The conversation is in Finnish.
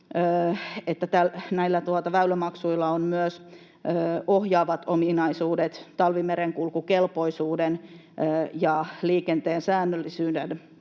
näillä väylämaksuilla on myös ohjaavat ominaisuudet talvimerenkulkukelpoisuuden ja liikenteen säännöllisyyden